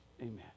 Amen